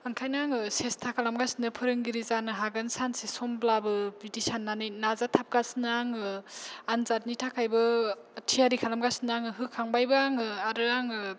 ओंखायनो आङो सेसथा खालामगासिनो फोरोंगिरि जानो हागोन सानसे समब्लाबो बिदि साननानै नाजाथाबगासिनो आङो आनजादनि थाखायबो थियारि खालामगासिनो होखांबायबो आङो आरो आङो